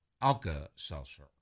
Alka-Seltzer